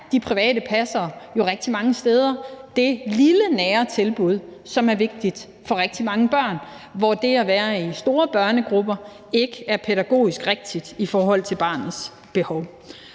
de private pasningstilbud rigtig mange steder det lille nære tilbud, som er vigtigt for rigtig mange børn, hvor det at være i store børnegrupper ikke er det pædagogisk rigtige i forhold deres behov.